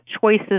choices